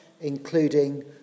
including